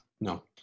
No